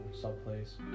someplace